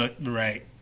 Right